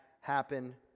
happen